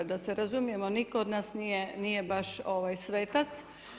Da se razumijemo, nitko od nas nije baš svetac.